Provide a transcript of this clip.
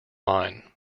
line